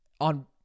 on